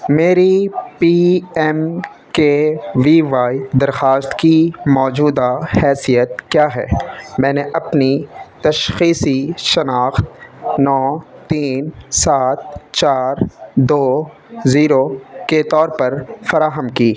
میری P M K V Y درخواست کی موجودہ حیثیت کیا ہے میں نے اپنی تشخیصی شناخت نو تین سات چار دو زیرو کے طور پر فراہم کی